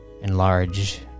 enlarge